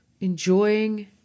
Enjoying